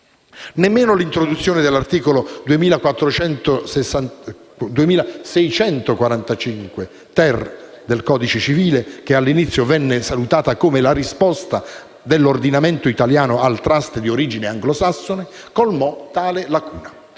Nemmeno l'introduzione dell'articolo 2645-*ter* del codice civile, che all'inizio venne salutata come la «risposta» dell'ordinamento italiano al *trust* di origine anglosassone, colmò tale lacuna.